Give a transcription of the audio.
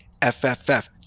fff